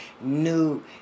new